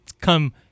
come